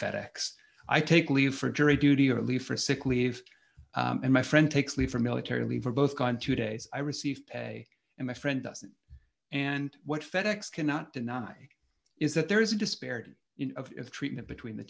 fed ex i take leave for jury duty or leave for sick leave and my friend takes leave for military leave or both on two days i receive a and my friend does it and what fedex cannot deny is that there is a disparity of treatment between the